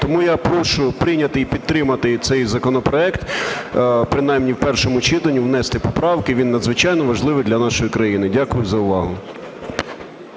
Тому я прошу прийняти і підтримати цей законопроект, принаймні, в першому читанні. Внести поправки. Він надзвичайно важливий для нашої країни. Дякую за увагу.